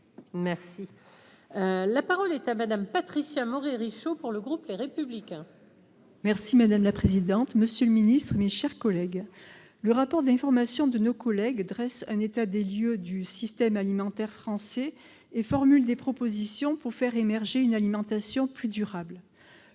sénatrice. La parole est à Mme Patricia Morhet-Richaud. Madame la présidente, monsieur le ministre, mes chers collègues, le rapport d'information de nos collègues dresse un état des lieux du système alimentaire français et formule des propositions pour faire émerger une alimentation plus durable.